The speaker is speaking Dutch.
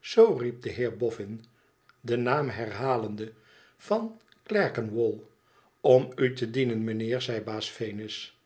zoo riep de heer boffin den naam herhalende van clerkenwell om u te dienen mijnheer zei baas venus